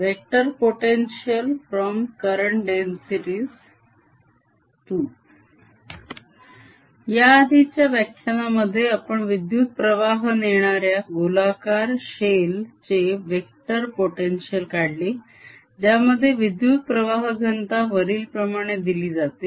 vector potential from current densities 11 या आधीच्या व्याख्यानामध्ये आपण विद्युतप्रवाह नेणाऱ्या गोलाकार शेल चे वेक्टर potential काढले ज्यामध्ये विद्युतप्रवाह घनता वरीलप्रमाणे दिली जाते